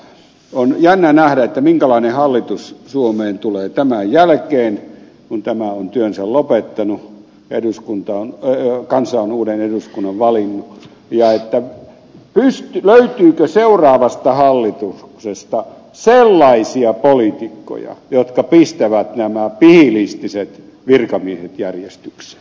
on jännä nähdä minkälainen hallitus suomeen tulee tämän jälkeen kun tämä on työnsä lopettanut ja kansa on uuden eduskunnan valinnut löytyykö seuraavasta hallituksesta sellaisia poliitikkoja jotka pistävät nämä pihilistiset virkamiehet järjestykseen